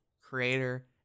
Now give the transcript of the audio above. creator